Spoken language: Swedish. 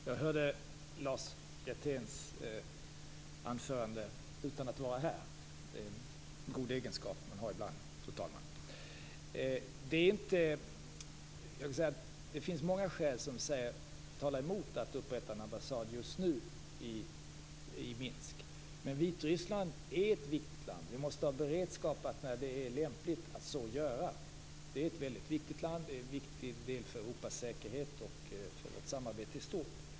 Fru talman! Jag hörde Lars Hjerténs anförande utan att vara här. Det är en god egenskap som man har ibland, fru talman. Det finns många skäl som talar emot att upprätta en ambassad i Minsk just nu. Men Vitryssland är ett viktigt land. Vi måste ha beredskap att göra det när det är lämpligt. Det är ett väldigt viktigt land. Det är en viktig del för Europas säkerhet och för vårt samarbete i stort.